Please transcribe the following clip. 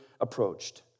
approached